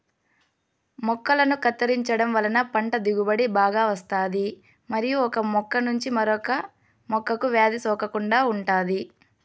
మొక్కలను కత్తిరించడం వలన పంట దిగుబడి బాగా వస్తాది మరియు ఒక మొక్క నుంచి మరొక మొక్కకు వ్యాధి సోకకుండా ఉంటాది